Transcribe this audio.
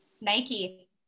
Nike